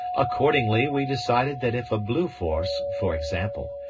accordingly we decided that if a blue force, for example,